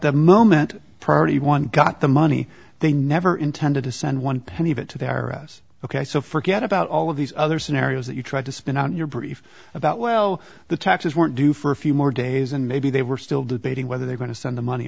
the moment priority one got the money they never intended to send one penny of it to their us ok so forget about all of these other scenarios that you tried to spin out your brief about well the taxes weren't due for a few more days and maybe they were still debating whether they're going to send the money